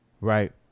right